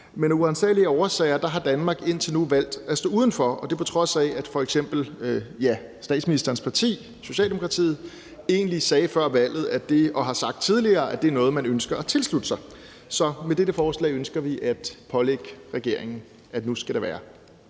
af uransagelige årsager har Danmark indtil nu valgt at stå udenfor, og det er, på trods af at f.eks. statsministerens parti, Socialdemokratiet, egentlig sagde før valget og har sagt tidligere, at det er noget, man ønsker at tilslutte sig. Så med dette forslag ønsker vi at pålægge regeringen, at nu skal det være.